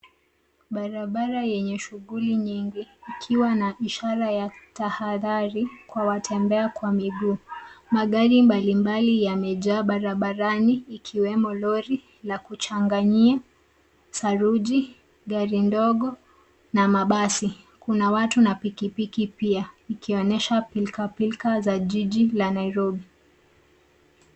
Barabara yenye shughuli nyingi, ikiwa na ishara tahadhali kwa watembea kwa miguu. Magari mbalimbali yamejaa barabarani, ikiwemo lori la kuchanganya saruji, gari ndogo na mabasi. Kuna watu na pikipiki pia, ikionyesha pilikapilika za jiji la Nairobi.